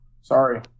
Sorry